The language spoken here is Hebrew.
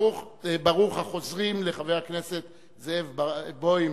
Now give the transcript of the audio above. ברוך החוזרים לחבר הכנסת זאב בוים,